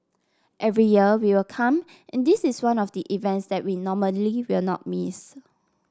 every year we will come and this is one of the events that we normally will not miss